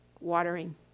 watering